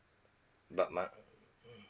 but my mm